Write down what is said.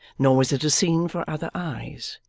nor was it a scene for other eyes.